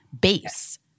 base